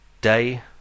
day